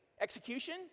execution